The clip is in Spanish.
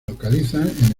localizan